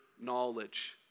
knowledge